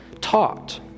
taught